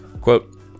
quote